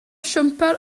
siwmper